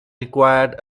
required